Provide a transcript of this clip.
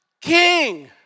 king